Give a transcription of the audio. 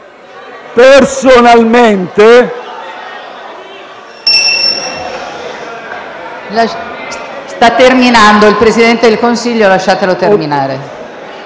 Personalmente